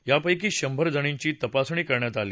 त्यापैकी शंभर जणींची तपासणी करण्यात आली